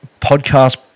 podcast